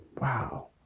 Wow